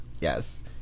Yes